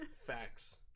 Facts